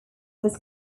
was